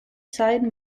side